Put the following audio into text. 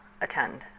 attend